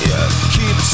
Keep